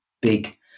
big